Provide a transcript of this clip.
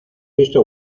visto